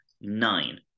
nine